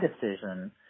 decision